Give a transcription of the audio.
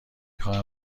خواهم